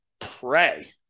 pray